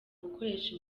gukoresha